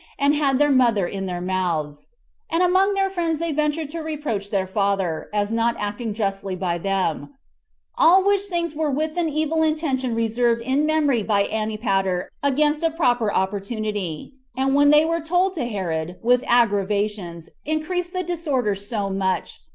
and had their mother in their mouths and among their friends they ventured to reproach their father, as not acting justly by them all which things were with an evil intention reserved in memory by antipater against a proper opportunity and when they were told to herod, with aggravations, increased the disorder so much,